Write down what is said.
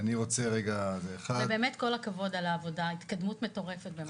כל הכבוד על העבודה, התקדמות מטורפת.